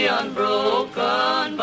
unbroken